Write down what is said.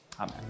Amen